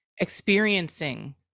experiencing